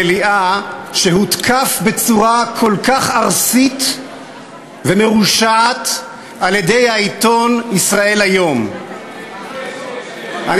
שהותקף בצורה כל כך ארסית ומרושעת על-ידי העיתון "ישראל היום" יש,